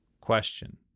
Question